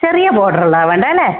ചെറിയ ബോർഡറുള്ളതാണ് വേണ്ടത് അല്ലേ